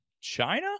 china